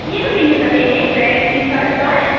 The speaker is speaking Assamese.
কিনো পিন্ধি যাবি এনেই ট্ৰেক টি চাৰ্ট তই